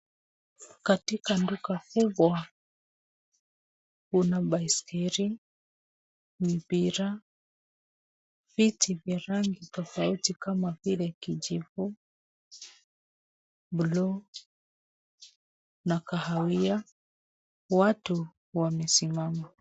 Katika duka kubwa kuna baiskeli, mipira, viti vya rangi tofuti kama vile kijivu, buluu, na kahawia, watu wamesimama.